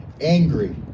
angry